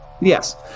yes